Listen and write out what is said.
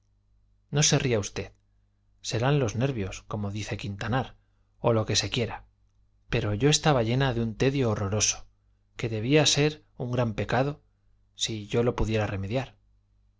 no se ría usted serán los nervios como dice quintanar o lo que se quiera pero yo estaba llena de un tedio horroroso que debía ser un gran pecado si yo lo pudiera remediar